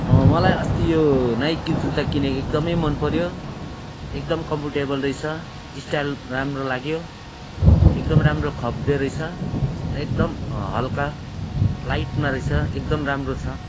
मलाई अस्ति यो नाइकी जुत्ता किनेको एकदमै मनपर्यो एकदम कम्फोर्टेबल रहेछ स्टाइल राम्रो लाग्यो एकदम राम्रो खप्दोरहेछ एकदम हल्का लाइटमा रहेछ एकदम राम्रो छ